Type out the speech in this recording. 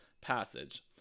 passage